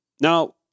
Now